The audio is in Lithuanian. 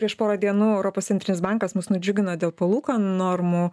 prieš porą dienų europos centrinis bankas mus nudžiugino dėl palūkanų normų